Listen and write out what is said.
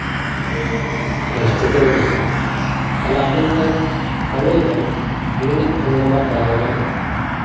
ᱵᱮᱥ ᱴᱷᱤᱠᱟᱹᱱ ᱜᱮᱭᱟ ᱛᱟᱦᱞᱮ ᱟᱵᱮᱱ ᱫᱚ ᱮᱠ ᱠᱟᱹᱢᱤ ᱵᱮᱱ ᱟᱹᱞᱤᱧᱟᱜ ᱯᱷᱳᱱ ᱱᱟᱢᱵᱟᱨ ᱫᱚᱦᱚᱭ ᱵᱮᱱ